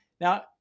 Now